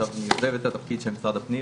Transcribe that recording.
עכשיו אני עוזב את התפקיד של משרד הפנים,